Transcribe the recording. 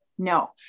No